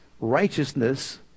righteousness